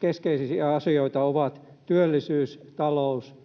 keskeisiä asioita ovat työllisyys, talous